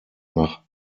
nach